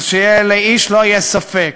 אז שלאיש לא יהיה ספק,